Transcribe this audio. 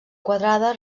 quadrada